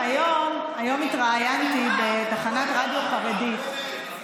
היום התראיינתי בתחנת רדיו חרדית,